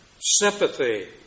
sympathy